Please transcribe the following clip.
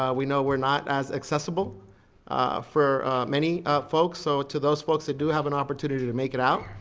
um we know we're not as accessible for many folks, so to those folks that do have an opportunity to make it out,